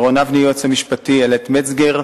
דורון אבני היועץ המשפטי, איילת מצגר.